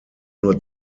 nur